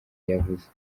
yavuze